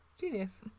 Genius